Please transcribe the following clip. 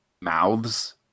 mouths